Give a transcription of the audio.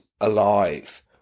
alive